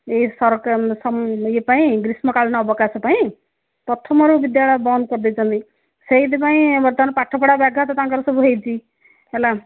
ଏ ସରକାର ଇଏ ପାଇଁ ଗ୍ରୀଷ୍ମ କାଳୀନ ଅବକାଶ ପାଇଁ ପ୍ରଥମରୁ ବିଦ୍ୟାଳୟ ବନ୍ଦ କରିଦେଇଛନ୍ତି ସେଇଥିପାଇଁ ବର୍ତ୍ତମାନ ପାଠପଢ଼ା ବ୍ୟାଘାତ ତାଙ୍କର ସବୁ ହେଇଛି ହେଲା